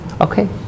Okay